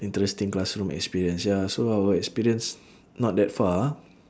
interesting classroom experience ya so our experience not that far ah